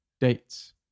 dates